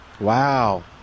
Wow